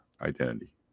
identity